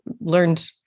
learned